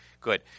Good